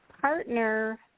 partner